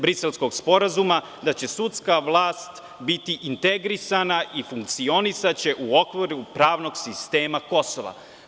Briselskog sporazuma da će sudska vlast biti integrisana i funkcionisaće u okviru pravnog sistema Kosova.